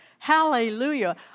Hallelujah